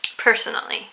Personally